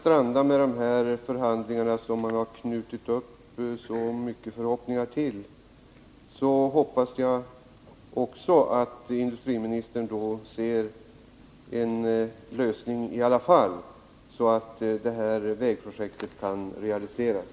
Men om de här förhandlingarna som man har knutit upp så mycket förhoppningar kring skulle stranda, hoppas jag att industriministern ser en möjlighet till lösning i alla fall, så att det här vägprojektet kan realiseras.